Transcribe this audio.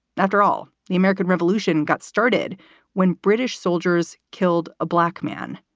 after all, the american revolution got started when british soldiers killed a black man,